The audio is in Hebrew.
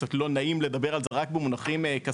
קצת לא נעים לדבר על זה רק במונחים כספיים,